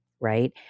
right